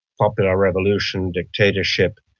popular revolution, dictatorship,